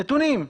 נתונים,